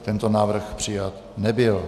Tento návrh přijat nebyl.